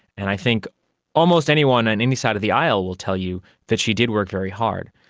and i think almost anyone on any side of the aisle will tell you that she did work very hard.